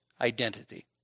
identity